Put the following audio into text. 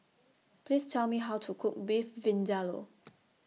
Please Tell Me How to Cook Beef Vindaloo